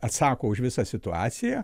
atsako už visą situaciją